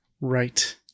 Right